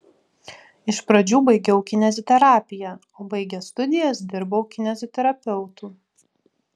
iš pradžių baigiau kineziterapiją o baigęs studijas dirbau kineziterapeutu